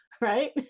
right